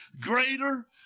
greater